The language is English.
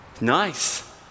Nice